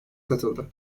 katıldı